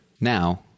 now